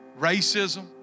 racism